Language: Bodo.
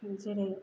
जेरै